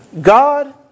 God